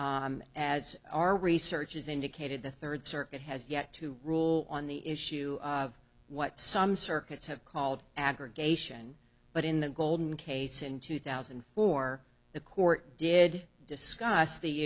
is as our research has indicated the third circuit has yet to rule on the issue of what some circuits have called aggregation but in the golden case in two thousand and four the court did discuss the